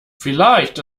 vielleicht